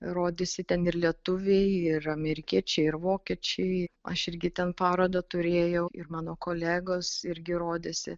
rodėsi ten ir lietuviai ir amerikiečiai ir vokiečiai aš irgi ten parodą turėjau ir mano kolegos irgi rodėsi